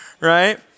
right